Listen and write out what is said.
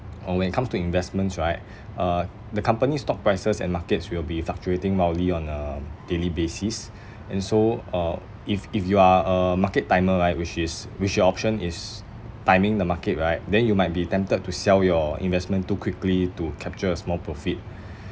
or when it comes to investments right uh the company stock prices and markets will be fluctuating wildly on a daily basis and so uh if if you are a market timer right which is which your option is timing the market right then you might be tempted to sell your investment too quickly to capture a small profit